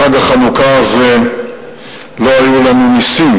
בחג החנוכה הזה לא היו לנו נסים,